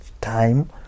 time